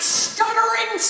stuttering